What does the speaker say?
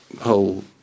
whole